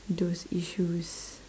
those issues